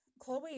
Chloe